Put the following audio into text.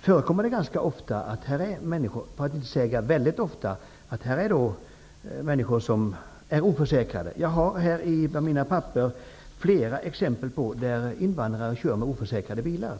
förekommer det ganska ofta -- för att inte säga väldigt ofta -- att det finns människor som är oförsäkrade. Jag har i mina papper flera exempel på att invandrare kör med oförsäkrade bilar.